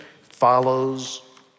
follows